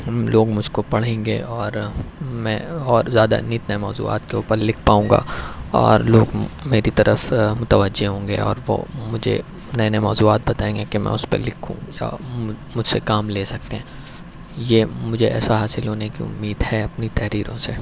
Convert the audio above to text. لوگ مجھ کو پڑھیں گے اور میں اور زیادہ نت نئے موضوعات کے اوپر لکھ پاؤں گا اور لوگ میری طرف متوجہ ہوں گے اور وہ مجھے نئے نئے موضوعات بتائیں گے کہ میں اس پہ لکھوں یا مجھ سے کام لے سکیں یہ مجھے ایسا حاصل ہونے کی امید ہے اپنی تحریروں سے